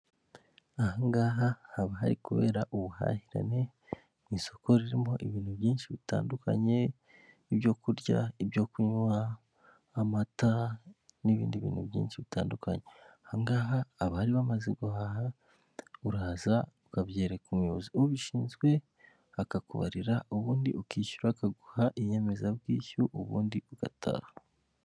Ahangaha haba hari kubera ubuhahirane mu isoko ririmo ibintu byinshi bitandukanye ibyo kurya, ibyo kunywa, amata n'ibindi bintu byinshi bitandukanye. Ahangaha abari bamaze guhaha uraza ukabyereka umuyobozi ubishinzwe akakubarira ubundi ukishyura akaguha inyemezabwishyu ubundi ugataha.